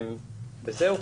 זהו.